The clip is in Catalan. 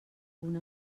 una